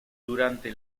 durante